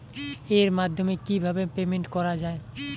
এর মাধ্যমে কিভাবে পেমেন্ট করা য়ায়?